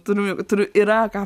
turiu turiu yra ką